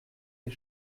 des